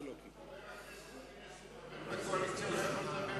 חבר הכנסת פינס הוא חבר בקואליציה,